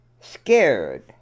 scared